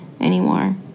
anymore